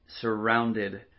surrounded